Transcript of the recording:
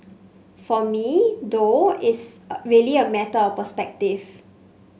for me though it's really a matter of perspective